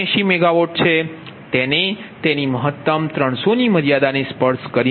79MW છે તેને તેની મહત્તમ 300 ની મર્યાદા ને સ્પર્શ કરી નથી